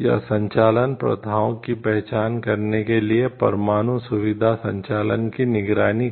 या संचालन प्रथाओं की पहचान करने के लिए परमाणु सुविधा संचालन की निगरानी करें